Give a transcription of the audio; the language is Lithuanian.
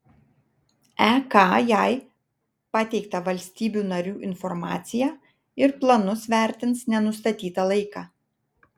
ek jai pateiktą valstybių narių informaciją ir planus vertins nenustatytą laiką